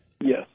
Yes